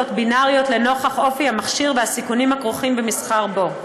בינאריות לנוכח אופי המכשיר והסיכונים הכרוכים במסחר בו.